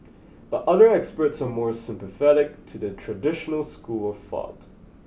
but other experts are more sympathetic to the traditional school of thought